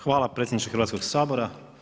Hvala predsjedniče Hrvatskog sabora.